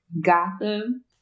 Gotham